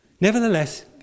Nevertheless